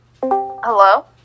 Hello